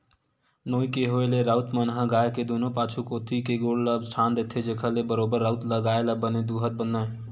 नोई के होय ले राउत मन ह गाय के दूनों पाछू कोती के गोड़ ल छांद देथे, जेखर ले बरोबर राउत ल गाय ल बने दूहत बनय